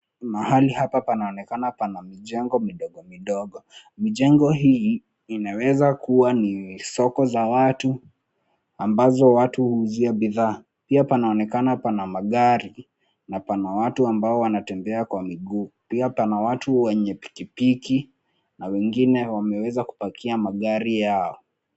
Mahali hapa panaonekana pana mijengo midogo midogo. Mijengo hii inaweza kuwa ni soko za watu , ambazo watu huuzia bidhaa. Pia panaonekana pana magari na pana watu ambao wanatembea kwa miguu. Pia pana watu wenye pikipiki na wengine wameweza kupakia magari yao.